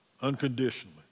unconditionally